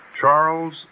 Charles